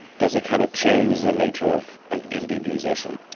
does it kind of change the nature of an indie musician?